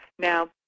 Now